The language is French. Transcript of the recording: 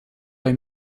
est